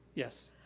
yes.